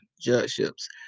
judgeships